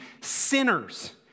sinners